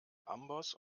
amboss